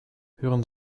hören